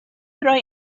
roi